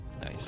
Nice